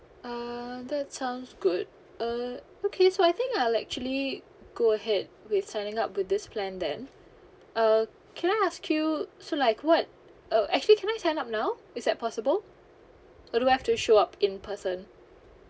uh that sounds good uh okay so I think I'll actually go ahead with signing up with this plan then uh can I ask you so like what uh actually can I sign up now is that possible or do I have to show up in person